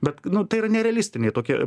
bet nu tai yra nerealistiniai tokie